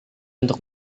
untuk